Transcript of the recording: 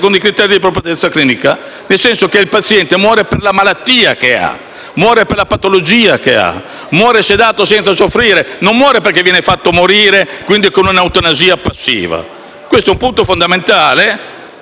muore per la patologia che ha, muore sedato senza soffrire, non muore perché viene fatto morire, quindi con un'eutanasia passiva. Questo è un punto fondamentale, su cui richiamo l'attenzione dei colleghi, perché quando, di qui a pochi mesi e anni,